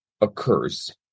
occurs